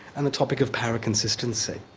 and the topic of para-consistency.